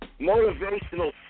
motivational